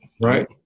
Right